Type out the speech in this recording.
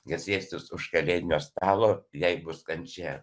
kad sėstis už kalėdinio stalo jai bus kančia